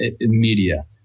media